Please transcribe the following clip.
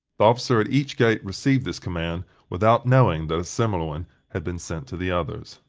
the officer at each gate received this command without knowing that a similar one had been sent to the others.